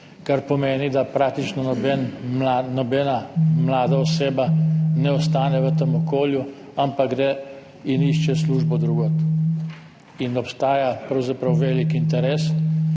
kar pomeni, da praktično nobena mlada oseba ne ostane v tem okolju, ampak gre in išče službo drugod. Obstaja pravzaprav velik interes,